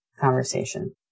conversation